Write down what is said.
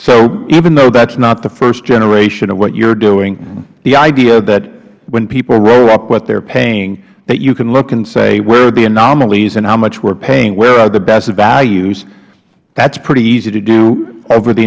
so even though that is not the first generation of what you are doing the idea that when people roll up what they are paying that you can look and say where are the anomalies and how much we are paying where are the best values that is pretty easy to do over the